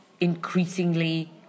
increasingly